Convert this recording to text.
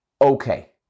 okay